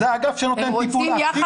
זה האגף שנותן טיפול הכי טוב.